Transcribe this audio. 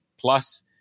plus